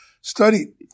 Study